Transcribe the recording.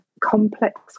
complex